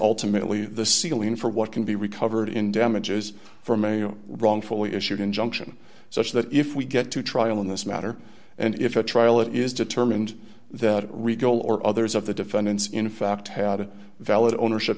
ultimately the ceiling for what can be recovered in damages from a wrongfully issued injunction such that if we get to trial in this matter and if a trial it is determined that rico or others of the defendants in fact had valid ownership